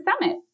summit